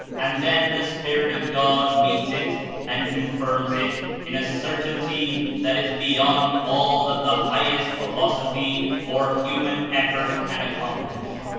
and then the spirit of god meets it and confirms it in a certainty that is beyond all that the highest philosophy or human effort can accomplish.